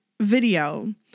video